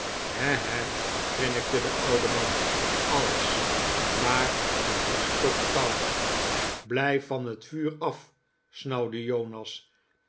grinnikte de oude man als maar het is toch koud blijf van het vuur af snauwde jonas